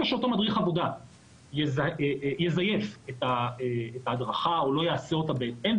שאותו מדריך עבודה יזייף את ההדרכה או לא יעשה אותה בהתאם,